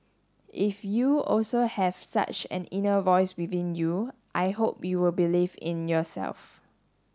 if you also have such an inner voice within you I hope you will believe in yourself